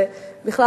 ובכלל,